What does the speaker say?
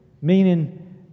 meaning